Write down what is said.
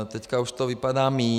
Teď už to vypadá míň.